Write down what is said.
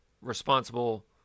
responsible